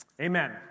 amen